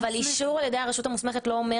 אבל אישור על ידי הרשות המוסמכת לא אומר